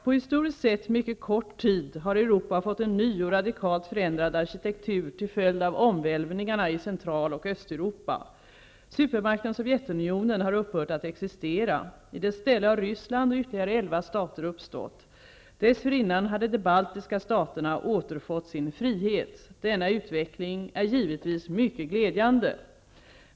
På historiskt sett mycket kort tid har Europa fått en ny och radikalt förändrad arkitektur till följd av omvälvningarna i Central och Östeuropa. Supermakten Sovjetunionen har upphört att existera. I dess ställe har Ryssland och ytterligare elva stater uppstått. Dessförinnan hade de baltiska staterna återfått sin frihet. Denna utveckling är givetvis mycket glädjande.